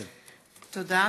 תודה.